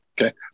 Okay